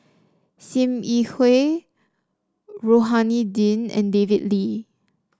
Sim Yi Hui Rohani Din and David Lee